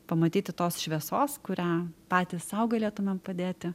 pamatyti tos šviesos kurią patys sau galėtumėm padėti